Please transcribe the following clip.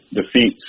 defeat